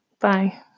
Bye